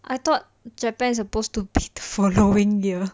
I thought japan is supposed to be the following year